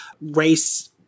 race